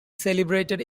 celebrated